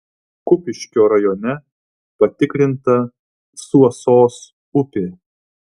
kupiškio rajone patikrinta suosos upė